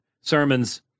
sermons